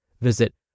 Visit